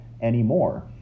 anymore